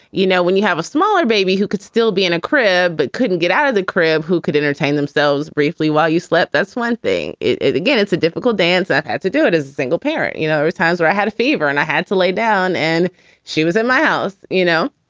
you know, when you have a smaller baby who could still be in a crib but couldn't get out of the crib, who could entertain themselves briefly while you slept? that's one thing. it it again, it's a difficult dance that had to do it as a single parent. you know, there's times where i had a fever and i had to lay down and she was at my house, you know,